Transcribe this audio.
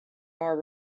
more